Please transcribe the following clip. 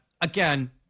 Again